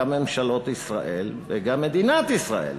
גם ממשלות ישראל וגם מדינת ישראל,